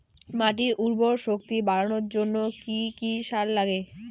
মাটির উর্বর শক্তি বাড়ানোর জন্য কি কি সার লাগে?